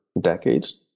decades